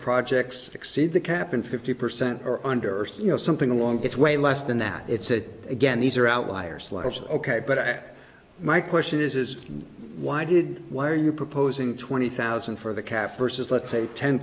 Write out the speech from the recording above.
projects exceed the cap and fifty percent or under you know something along it's way less than that it's said again these are outliers lives ok but my question is is why did why are you proposing twenty thousand for the kaffirs is let's say ten